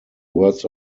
words